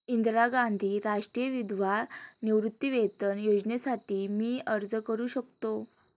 इंदिरा गांधी राष्ट्रीय विधवा निवृत्तीवेतन योजनेसाठी मी अर्ज करू शकतो?